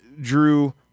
Drew